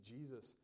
Jesus